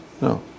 no